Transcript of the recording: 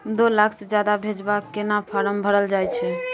दू लाख से ज्यादा भेजबाक केना फारम भरल जाए छै?